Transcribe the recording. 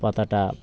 পাতাটা